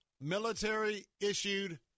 military-issued